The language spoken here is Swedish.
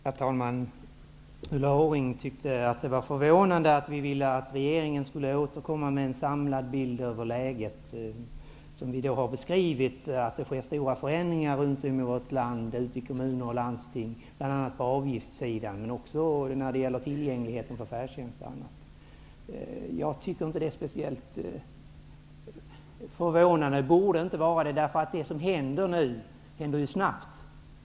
Herr talman! Ulla Orring tycker att det är förvånande att vi vill att regeringen skall återkomma med en samlad bild över läget. Vi har beskrivit att det sker stora förändringar i våra kommuner och landsting, bl.a. på avgiftssidan men också när det gäller tillgängligheten i t.ex. Det borde inte vara särskilt förvånande att vi vill att regeringen skall återkomma med en samlad bild. Det som nu händer går snabbt.